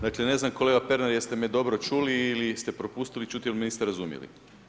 Dakle ne znam kolega Pernar jeste me dobro čuli ili ste propustili čuti ili me niste razumjeli.